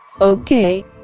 Okay